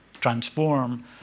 transform